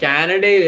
Canada